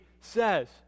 says